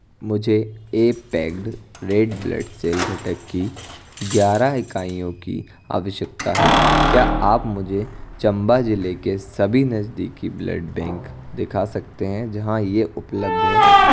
मुझे a packed red blood cell घटक की ग्यारह इकाइयों की आवश्यकता है क्या आप मुझे चम्बा जिले के सभी नज़दीकी ब्लड बैंक दिखा सकते हैं जहाँ ये उपलब्ध है